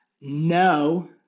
No